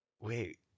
Wait